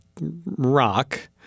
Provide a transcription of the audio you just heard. rock